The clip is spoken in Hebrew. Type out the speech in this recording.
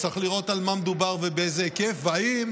צריך לראות על מה מדובר ובאיזה היקף ואם